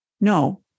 No